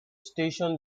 station